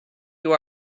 you